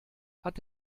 hat